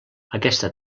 aquesta